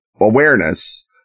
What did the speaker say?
awareness